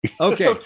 Okay